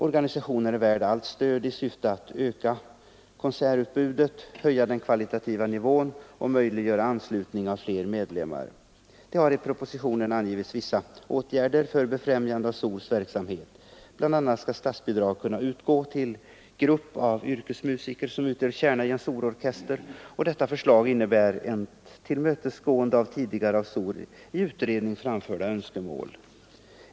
Organisationen är värd allt stöd i syfte att öka konsertutbudet, höja den kvalitativa nivån och möjliggöra anslutning av fler medlemmar. I propositionen har angivits vissa åtgärder för befrämjande av SOR:s verksamhet. BI. a. skall statsbidrag kunna utgå till grupp av yrkesmusiker som utgör kärna i en stor orkester. Detta förslag innebär ett tillmötesgående av tidigare av SOR i utredning framförda önskemål.